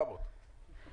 התשע"ו-2016 (להלן החוק),